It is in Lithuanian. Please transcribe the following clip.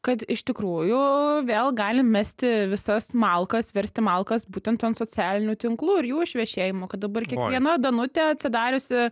kad iš tikrųjų vėl galim mesti visas malkas versti malkas būtent ant socialinių tinklų ir jų išvešėjimo kad dabar kiekviena danutė atsidariusi